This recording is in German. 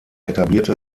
etablierte